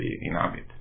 inhabit